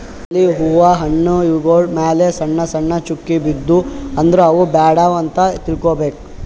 ಎಲಿ ಹೂವಾ ಹಣ್ಣ್ ಇವ್ಗೊಳ್ ಮ್ಯಾಲ್ ಸಣ್ಣ್ ಸಣ್ಣ್ ಚುಕ್ಕಿ ಬಿದ್ದೂ ಅಂದ್ರ ಅವ್ ಬಾಡ್ಯಾವ್ ಅಂತ್ ತಿಳ್ಕೊಬೇಕ್